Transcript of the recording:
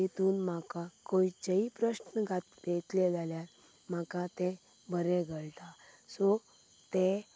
तितून म्हाका खंयचेय प्रश्न घाल घातले जाल्यार म्हाका ते बरें कळटा सो तें